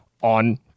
on